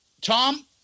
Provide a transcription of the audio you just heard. Tom